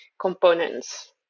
components